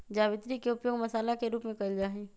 जावित्री के उपयोग मसाला के रूप में कइल जाहई